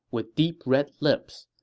with deep red lips.